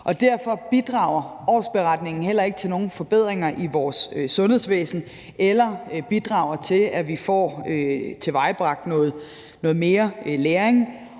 Derfor bidrager årsberetningen heller ikke til nogen forbedringer i vores sundhedsvæsen eller til, at vi får tilvejebragt noget mere læring,